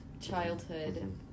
childhood